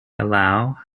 allow